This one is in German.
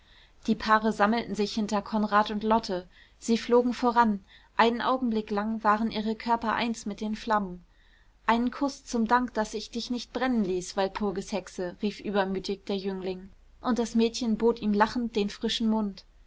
die paare sammelten sich hinter konrad und lotte sie flogen voran einen augenblick lang waren ihre körper eins mit den flammen einen kuß zum dank daß ich dich nicht brennen ließ walpurgishexe rief übermütig der jüngling und das mädchen bot ihm lachend den frischen mund